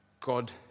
God